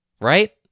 right